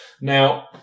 Now